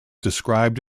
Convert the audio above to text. described